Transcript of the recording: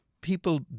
people